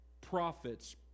prophets